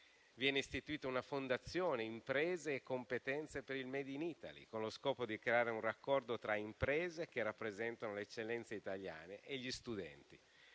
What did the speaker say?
Viene istituita una fondazione imprese e competenze per il *made in Italy*, con lo scopo di creare un raccordo tra imprese che rappresentano le eccellenze italiane e gli studenti.